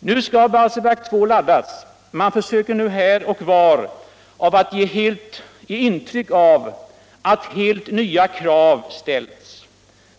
Nu skall Barsebäck 2 laddas. Man försöker här och var ge intryck av att helt nya krav på säkerheten nu ställs.